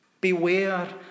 Beware